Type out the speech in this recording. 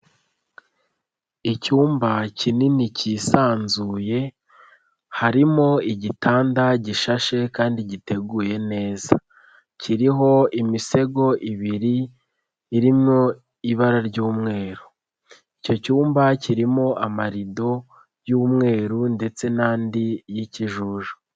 Icyumba kinini kisanzuye harimo igitanda gishashe kandi giteguye neza, kiriho imisego ibiri irimo ibara ry'umweru, icyo cyumba kirimo amarido y'umweru ndetse n'andi y'ikijuju.